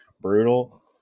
brutal